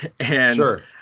Sure